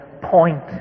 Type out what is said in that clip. point